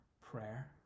prayer